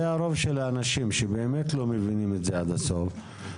רוב האנשים לא מבינים את זה עד הסוף.